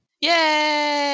Yay